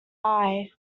eye